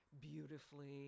beautifully